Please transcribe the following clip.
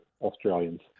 Australians